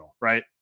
right